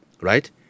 right